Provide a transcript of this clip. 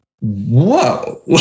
whoa